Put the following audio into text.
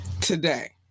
Today